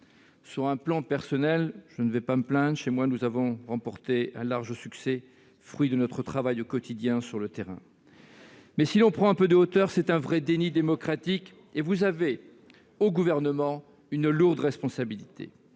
À titre personnel, je n'ai pas à me plaindre, puisque, chez moi, nous avons remporté un large succès, fruit de notre travail au quotidien sur le terrain. Mais si l'on prend un peu de hauteur, il s'agit d'un vrai déni de démocratie, et vous avez, au Gouvernement, une lourde responsabilité.